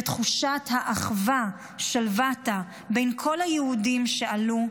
ותחושת האחווה שליוותה את כל היהודים שעלו,